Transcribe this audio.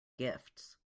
gifts